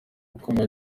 ukomeye